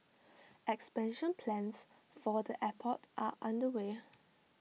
expansion plans for the airport are underway